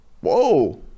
Whoa